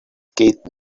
keith